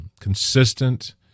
Consistent